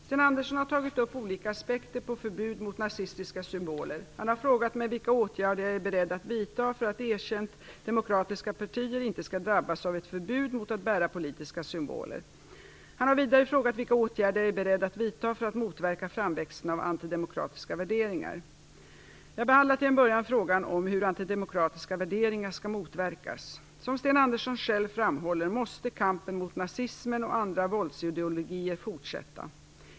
Sten Andersson har tagit upp olika aspekter på förbud mot nazistiska symboler. Han har frågat mig vilka åtgärder jag är beredd att vidta för att erkänt demokratiska partier inte skall drabbas av ett förbud mot att bära politiska symboler. Han har vidare frågat vilka åtgärder jag är beredd att vidta för att motverka framväxten av antidemokratiska värderingar. Jag behandlar till en början frågan om hur antidemokratiska värderingar skall motverkas. Som Sten Andersson själv framhåller måste kampen mot nazismen och andra våldsideologier fortsätta.